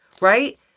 right